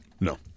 No